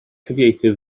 cyfieithydd